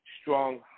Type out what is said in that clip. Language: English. strong